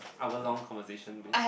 hour long conversation with